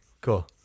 cool